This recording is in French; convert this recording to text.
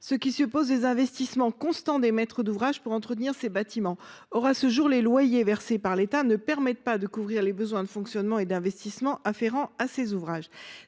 suppose des investissements constants en maîtrise d’ouvrage. Or, à ce jour, les loyers versés par l’État ne permettent pas de couvrir les besoins de fonctionnement et d’investissement afférents à ces ouvrages.